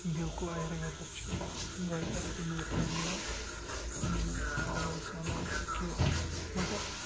بالکل ایرویدا چھُ واریاہ اَصٕل میٚڈِسَن دِوان اگر أسۍ وَنو کہ مگر